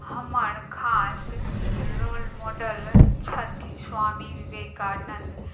हमर खास role model छथि स्वामी विवेकानन्द